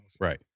Right